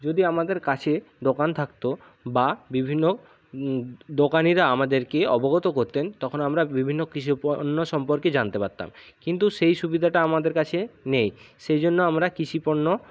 যদি আমাদের কাছে দোকান থাকতো বা বিভিন্ন দোকানিরা আমাদেরকে অবগত করতেন তখন আমরা বিভিন্ন কৃষিপণ্য সম্পর্কে জানতে পারতাম কিন্তু সেই সুবিধাটা আমাদের কাছে নেই সেই জন্য আমরা কৃষিপণ্য